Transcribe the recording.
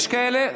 יש כאלה?